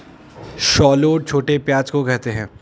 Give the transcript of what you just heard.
shallot छोटे प्याज़ को कहते है